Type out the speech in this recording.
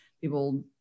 people